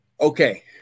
Okay